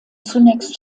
zunächst